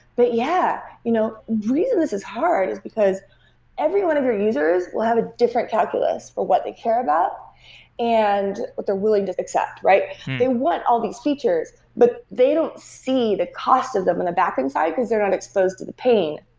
but yeah, you know reason this is hard is because everyone of your users will have a different calculus for what they care about and what they're willing to accept. they want all these features, but they don't see the cost of them in a backend side cause they're not exposed to the pain.